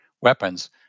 weapons